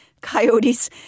coyotes